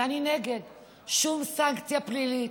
ואני נגד כל סנקציה פלילית,